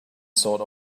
sort